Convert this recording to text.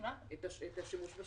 אז בשביל מה צריך את השימוש באיכוני